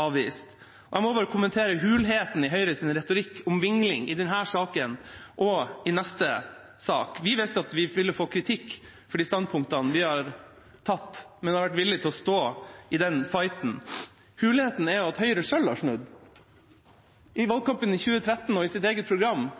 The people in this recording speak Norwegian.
avvist. Jeg må bare kommentere hulheten i Høyres retorikk om vingling i denne saken og i neste sak. Vi visste at vi ville få kritikk for de standpunktene vi har tatt, men vi har vært villig til å stå i den fighten. Hulheten er at Høyre selv har snudd. I valgkampen i 2013 og i sitt eget program